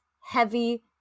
heavy